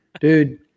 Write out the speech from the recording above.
dude